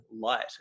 light